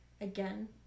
Again